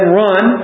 run